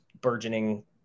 burgeoning